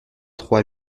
trois